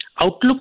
outlook